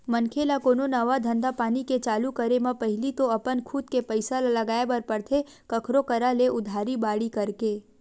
मनखे ल कोनो नवा धंधापानी के चालू करे म पहिली तो अपन खुद के पइसा ल लगाय बर परथे कखरो करा ले उधारी बाड़ही करके